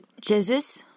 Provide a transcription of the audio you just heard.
Jesus